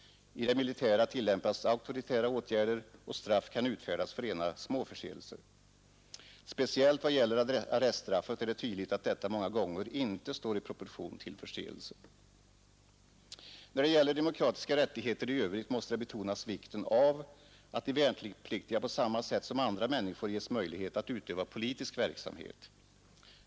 I det militära tillämpas auktoritära åtgärder, och straff kan utfärdas för rena småförseelser. Speciellt vad det gäller arreststraffet är det tydligt att detta många gånger inte står i proportion till förseelsen. När det gäller demokratiska rättigheter i övrigt måste betonas vikten av att de värnpliktiga på samma sätt som andra människor ges möjlighet att utöva politisk verksamhet.